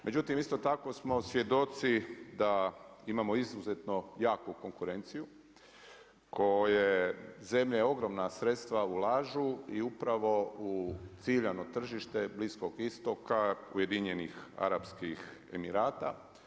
Međutim, isto tako smo svjedoci, da imamo izuzeto jaku konkurenciju, koje zemlje ogromna sredstva ulažu i pravo u ciljano tržište Bliskog istoka, Ujedinjenih Arapskih Emirata.